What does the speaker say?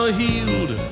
healed